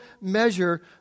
measure